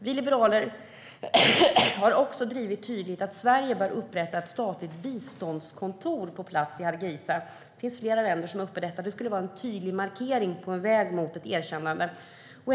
Vi liberaler har också tydligt drivit att Sverige bör upprätta ett statligt biståndskontor på plats i Hargeisa. Det finns flera länder som har detta uppe, och det skulle vara en tydlig markering på vägen mot ett erkännande.